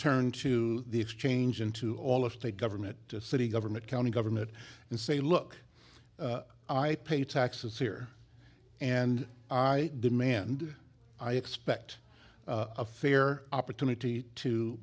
turn to the exchange into all of state government city government county government and say look i pay taxes here and i demand i expect a fair opportunity to